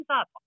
up